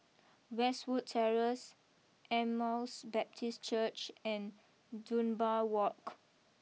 Westwood Terrace Emmaus Baptist Church and Dunbar walk